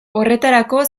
horretarako